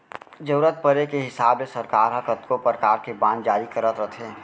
जरूरत परे के हिसाब ले सरकार ह कतको परकार के बांड जारी करत रथे